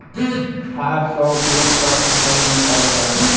खाद क उपयोग सब फसल में करल जाला